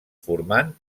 formant